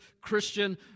Christian